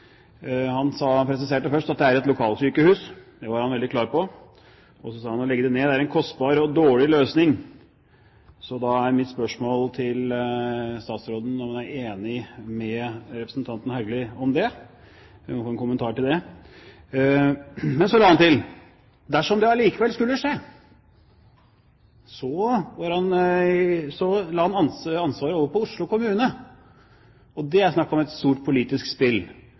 ned er «en kostbar og dårlig løsning». Da er mitt spørsmål til statsråden om hun der er enig med representanten Haugli. Jeg ber om å få en kommentar til det. Men så la Haugli til: Dersom det allikevel skulle skje, la han ansvaret over på Oslo kommune. Det er snakk om et stort politisk spill.